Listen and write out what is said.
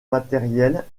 matérielle